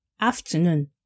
afternoon